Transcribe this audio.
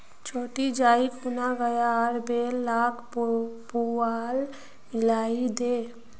छोटी जाइ खूना गाय आर बैल लाक पुआल मिलइ दे